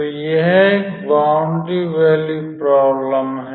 तो यह एक बाउंडरी वैल्यू प्रोब्लेम है